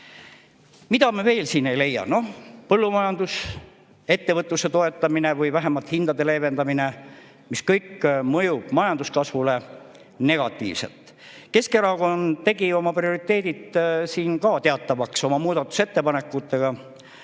Mida me veel siit ei leia? Põllumajandus, ettevõtluse toetamine või vähemalt hindade leevendamine. See kõik mõjub majanduskasvule negatiivselt. Keskerakond tegi oma prioriteedid teatavaks oma muudatusettepanekutega.